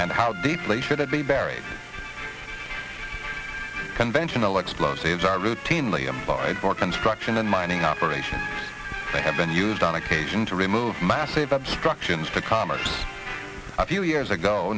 and how deeply should it be buried conventional explosives are routinely employed for construction and mining operations they have been used on occasion to remove massive obstructions to commerce a few years ago